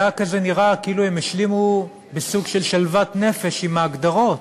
והיה נראה כאילו הם השלימו בסוג של שלוות נפש עם ההגדרות.